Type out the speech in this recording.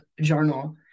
journal